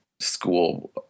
school